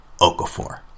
okafor